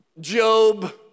Job